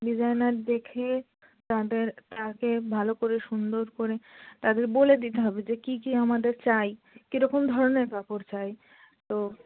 designer দেখে তাদের তাকে ভালো করে সুন্দর করে তাদের বলে দিতে হবে যে কী কী আমাদের চাই কীরকম ধরনের কাপড় চায় তো